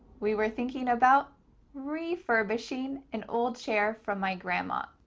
we were thinking about refurbishing an old chair for my grandma.